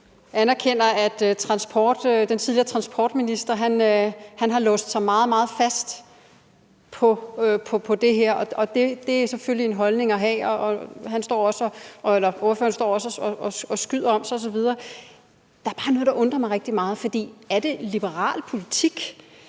Jeg anerkender, at den tidligere transportminister har låst sig meget, meget fast på det her. Det er selvfølgelig en holdning at have. Ordføreren står også og skyder løs osv. Der er bare noget, der undrer mig rigtig meget, for er det liberal politik